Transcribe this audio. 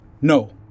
No